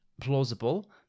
Plausible